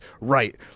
right